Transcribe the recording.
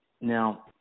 Now